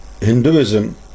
Hinduism